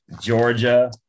Georgia –